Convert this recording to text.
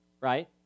right